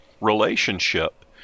relationship